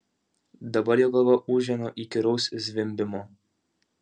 dabar jo galva ūžė nuo įkyraus zvimbimo